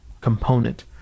component